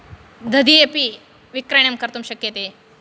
दधि अपि विक्रयणं कर्तुं शक्यते